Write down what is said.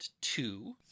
two